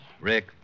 Rick